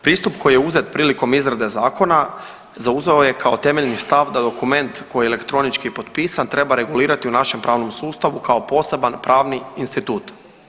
Pristup koji je uzet prilikom izrade zakona zauzeo je kao temeljni stav da dokument koji je elektronički potpisan treba regulirati u našem pravnom sustavu kao poseban pravni institut.